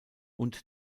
und